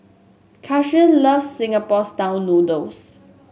Cassius loves Singapore style noodles